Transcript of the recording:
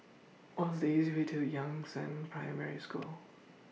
What's The easiest Way to Yangzheng Primary School